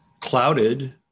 clouded